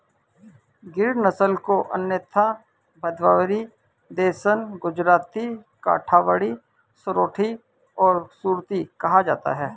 गिर नस्ल को अन्यथा भदावरी, देसन, गुजराती, काठियावाड़ी, सोरथी और सुरती कहा जाता है